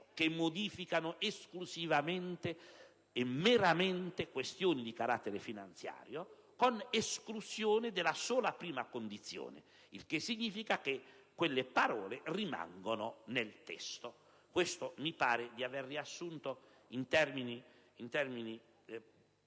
che correggono esclusivamente e meramente questioni di carattere finanziario, con esclusione della sola prima condizione. Ciò significa che quelle parole rimangono nel testo. Ritengo così di aver riassunto, in termini